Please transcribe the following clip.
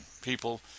people